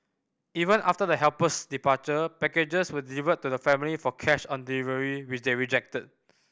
even after the helper's departure packages were delivered to the family for cash on delivery which they rejected